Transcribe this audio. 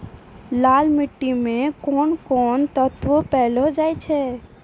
लाल मिट्टी मे कोंन कोंन तत्व पैलो जाय छै?